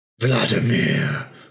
Vladimir